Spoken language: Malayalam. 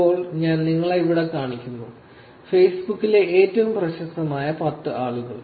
ഇപ്പോൾ ഞാൻ നിങ്ങളെ ഇവിടെ കാണിക്കുന്നു ഫേസ്ബുക്കിലെ ഏറ്റവും പ്രശസ്തരായ 10 ആളുകൾ